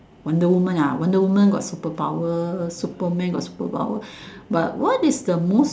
wonder woman ah wonder woman got superpower Superman got superpower but what is the most